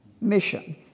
Mission